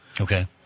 Okay